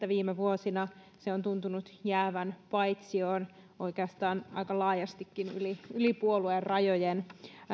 viime vuosina se on tuntunut jäävän paitsioon oikeastaan aika laajastikin yli yli puoluerajojen